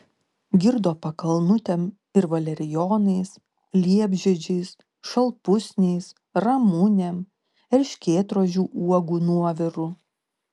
girdo pakalnutėm ir valerijonais liepžiedžiais šalpusniais ramunėm erškėtrožių uogų nuoviru